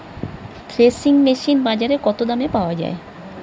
Threshing machine বাজারে কত দামে পাওয়া যায়?